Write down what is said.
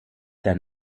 their